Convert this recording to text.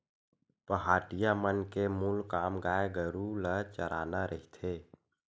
पहाटिया मन के मूल काम गाय गरु ल चराना रहिथे